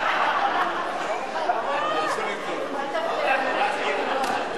הערתך נרשמה.